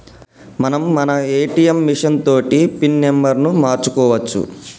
మనం మన ATM machine తోటి పిన్ నెంబర్ను మార్చుకోవచ్చు